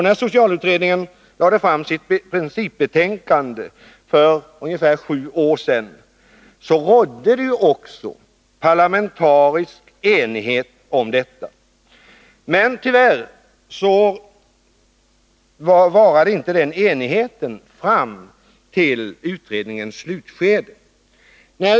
När socialutredningen lade fram sitt principbetänkande för ungefär sju år sedan, rådde det också parlamentarisk enighet om detta. Men tyvärr varade inte denna enighet fram till utredningens slutskede.